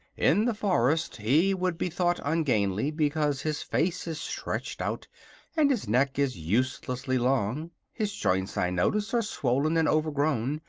in the forest he would be thought ungainly, because his face is stretched out and his neck is uselessly long. his joints, i notice, are swollen and overgrown,